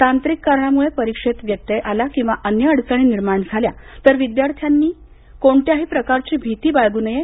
तांत्रिक कारणामुळे परीक्षेत व्यत्यय आला किंवा अन्य अडचणी निर्माण झाल्या तर विद्यार्थ्यांनी कोणत्याही प्रकारची भिती बाळगू नये